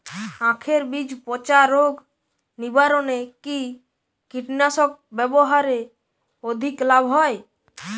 আঁখের বীজ পচা রোগ নিবারণে কি কীটনাশক ব্যবহারে অধিক লাভ হয়?